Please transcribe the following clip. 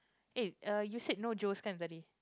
eh you said no Joe's kan tadi